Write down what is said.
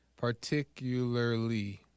particularly